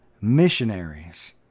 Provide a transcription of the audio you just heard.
missionaries